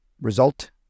result